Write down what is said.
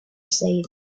said